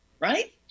Right